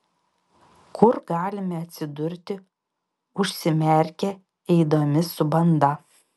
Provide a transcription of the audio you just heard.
kur galime atsidurti užsimerkę eidami su banda